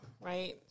right